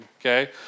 Okay